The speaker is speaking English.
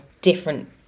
different